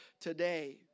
today